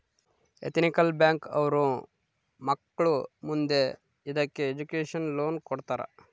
ethical bank ಅವ್ರು ಮಕ್ಳು ಮುಂದೆ ಇದಕ್ಕೆ ಎಜುಕೇಷನ್ ಲೋನ್ ಕೊಡ್ತಾರ